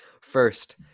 First